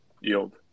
yield